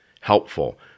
helpful